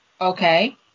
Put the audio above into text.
Okay